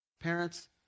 Parents